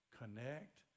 connect